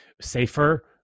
safer